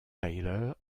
tyler